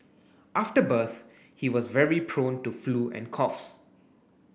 after birth he was very prone to flu and coughs